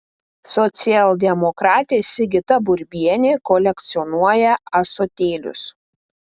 socialdemokratė sigita burbienė kolekcionuoja ąsotėlius